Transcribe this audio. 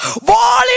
Wall